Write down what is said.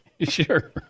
Sure